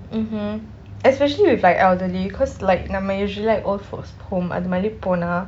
mmhmm especially with like elderly cause like நம்ம:namma usually like old folks home அது மாதிரி போனால்:athu mathiri ponaal